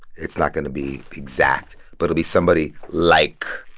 it's not going to be exact, but it'll be somebody like